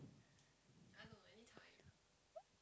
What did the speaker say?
<S?